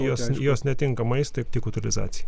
netinka maistui ir kultūrizacijai